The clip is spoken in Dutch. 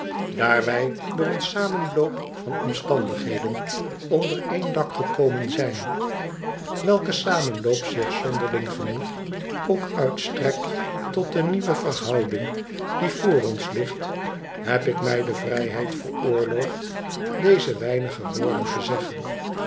wij door een samenloop van omstandigheden onder één dak gekomen zijn welke samenloop zich zonderling genoeg ook uitstrekt tot de nieuwe verhouding die voor ons ligt heb ik mij de vrijheid veroorloofd deze weinige woorden te zeggen